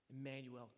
Emmanuel